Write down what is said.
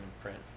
print